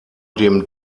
dem